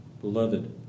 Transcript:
beloved